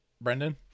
Brendan